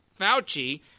Fauci